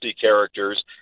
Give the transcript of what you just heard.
characters